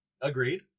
Agreed